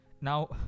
Now